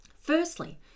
Firstly